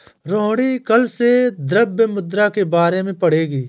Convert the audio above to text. रोहिणी कल से द्रव्य मुद्रा के बारे में पढ़ेगी